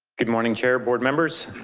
good morning chair board members.